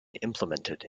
implemented